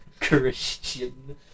Christian